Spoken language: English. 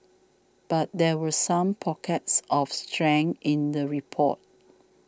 but there were some pockets of strength in the report